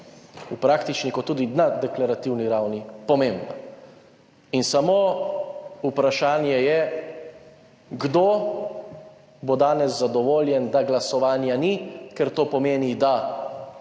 v praktični kot tudi na deklarativni ravni pomembna. In samo vprašanje je, kdo bo danes zadovoljen, da glasovanja ni, ker to pomeni, da